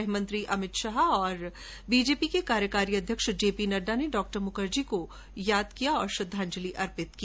गृहमंत्री अमित शाह और बीजेपी के कार्यकारी अध्यक्ष जेपी नड्डा ने डॉ मुखर्जी को श्रद्धांजलि अर्पित की